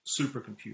supercomputer